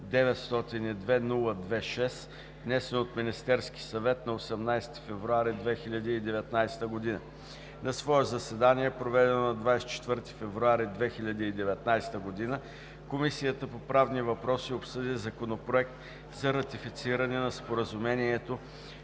902-02-6, внесен от Министерския съвет на 18 февруари 2019 г. На свое заседание, проведено на 27 февруари 2019 г., Комисията по правни въпроси обсъди Законопроект за ратифициране на Споразумението